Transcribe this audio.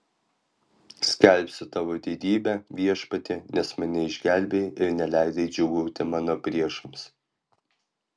skelbsiu tavo didybę viešpatie nes mane išgelbėjai ir neleidai džiūgauti mano priešams